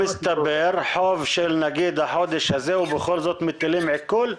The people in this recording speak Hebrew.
חוב של נגיד החודש הזה ובכל זאת מטילים עיקול?